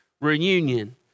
reunion